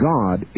God